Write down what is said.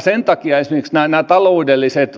sen takia esimerkiksi nämä taloudelliset